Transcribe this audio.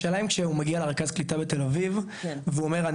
השאלה אם שהוא מגיע לרכז קליטה בתל אביב ואומר אני